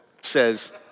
says